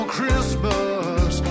Christmas